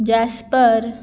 Jasper